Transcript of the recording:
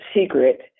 secret